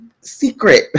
secret